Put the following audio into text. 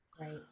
Right